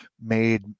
Made